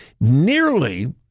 Nearly